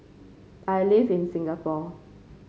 I live in Singapore